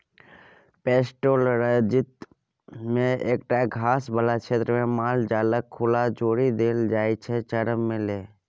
pastoralism मे एकटा घास बला क्षेत्रमे माल जालकेँ खुला छोरि देल जाइ छै चरय लेल